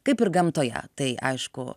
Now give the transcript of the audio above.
kaip ir gamtoje tai aišku